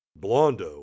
Blondo